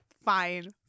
Fine